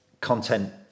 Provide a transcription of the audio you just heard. content